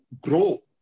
grow